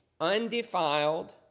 undefiled